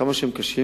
כמה שהם קשים,